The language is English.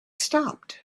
stopped